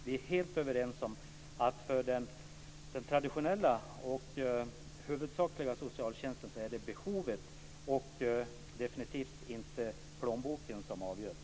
Vi är helt överens om att för den traditionella och huvudsakliga socialtjänsten är det behovet och definitivt inte plånboken som ska avgöra.